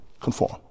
conform